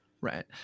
right